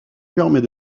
permet